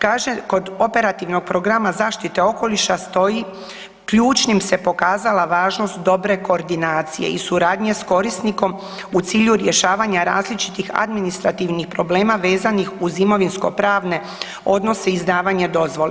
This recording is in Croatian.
Kaže, kod Operativnog programa zaštite okoliša stoji, ključnim se pokazala važnost dobre koordinacije i suradnje s korisnikom u cilju rješavanja različitih administrativnih problema vezanih uz imovinsko-pravne odnose i izdavanje dozvole.